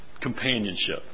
companionship